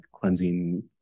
cleansing